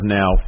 now